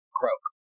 croak